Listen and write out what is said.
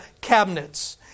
cabinets